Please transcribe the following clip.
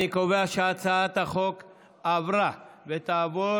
אני קובע שהצעת החוק עברה ותעבור